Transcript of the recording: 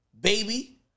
baby